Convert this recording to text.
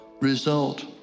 RESULT